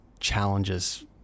challenges